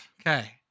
Okay